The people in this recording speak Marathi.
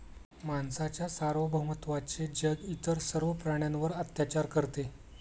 माणसाच्या सार्वभौमत्वाचे जग इतर सर्व प्राण्यांवर अत्याचार करते